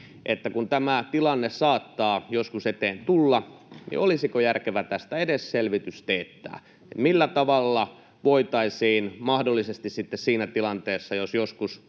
mutta kun tämä tilanne saattaa joskus eteen tulla, niin olisiko syytä ja järkevää teettää tästä edes selvitys, millä tavalla voitaisiin mahdollisesti sitten siinä tilanteessa, jos joskus